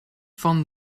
van